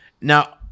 Now